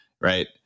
right